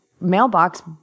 mailbox